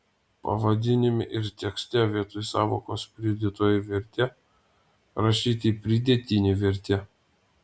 pavadinime ir tekste vietoj sąvokos pridėtoji vertė rašyti pridėtinė vertė